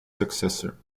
successor